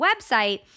website